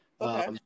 Okay